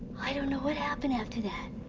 i don't know what happened after that.